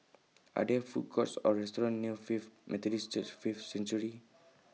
Are There Food Courts Or restaurants near Faith Methodist Church Faith Sanctuary